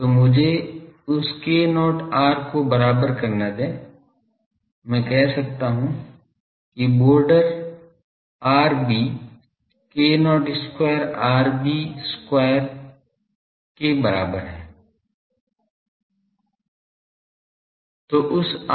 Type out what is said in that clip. तो मुझे उस k0 r को बराबर करने दें मैं कह सकता हूं कि border rb k0 square rb square के बराबर है